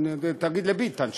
תגיד לביטן שיענה,